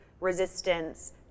resistance